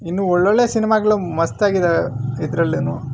ಇನ್ನೂ ಒಳ್ಳೊಳ್ಳೆಯ ಸಿನ್ಮಾಗಳು ಮಸ್ತಾಗಿದ್ದಾವೆ ಇದ್ರಲ್ಲು